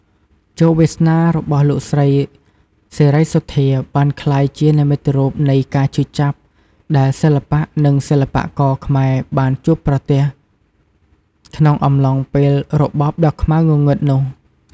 ជោគវាសនារបស់លោកស្រី សេរីសុទ្ធា បានក្លាយជា និមិត្តរូបនៃការឈឺចាប់ ដែលសិល្បៈ និងសិល្បករខ្មែរបានជួបប្រទះក្នុងអំឡុងពេលរបបដ៏ខ្មៅងងឹតនោះ។